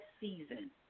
season